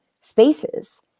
spaces